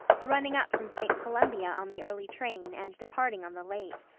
running up from st. columbia on the early train and departing on the late.